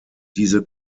diese